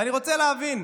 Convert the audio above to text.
ואני רוצה להבין,